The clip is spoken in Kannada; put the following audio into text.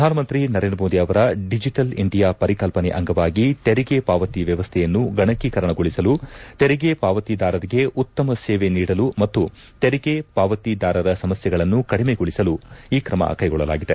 ಪ್ರಧಾನಮಂತ್ರಿ ನರೇಂದ್ರ ಮೋದಿ ಅವರ ಡಿಜೆಟಲ್ ಇಂಡಿಯಾ ಪರಿಕಲ್ಪನೆ ಅಂಗವಾಗಿ ತೆರಿಗೆ ಪಾವತಿ ವ್ಲವಸ್ಣೆಯನ್ನು ಗಣಕೀಕರಣಗೊಳಿಸಲು ತೆರಿಗೆ ಪಾವತಿದಾರರಿಗೆ ಉತ್ತಮ ಸೇವೆ ನೀಡಲು ಮತ್ತು ತೆರಿಗೆ ಪಾವತಿದಾರರ ಸಮಸ್ಯೆಗಳನ್ನು ಕಡಿಮೆಗೊಳಿಸಲು ಈ ಕ್ರಮ ಕ್ಯೆಗೊಳ್ಳಲಾಗಿದೆ